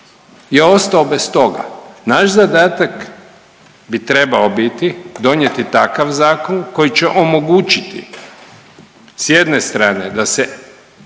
je ostao bez toga. Naš zadatak bi trebao biti donijeti takav zakon koji će omogućiti s jedne strane da se